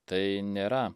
tai nėra